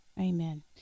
Amen